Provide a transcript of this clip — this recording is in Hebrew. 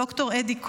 ד"ר אדי כהן,